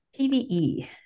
PVE